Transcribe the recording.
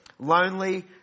lonely